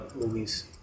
movies